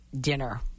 Dinner